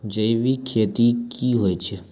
जैविक खेती की होय छै?